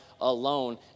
alone